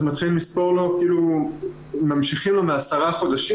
אז ממשיכים לספור לו מעשרה חודשים,